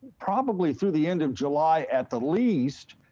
probably through the end of july at the least,